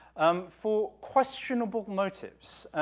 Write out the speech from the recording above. um, for questionable motives,